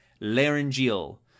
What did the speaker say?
laryngeal